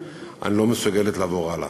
אני לא מסוגלת לעבור הלאה.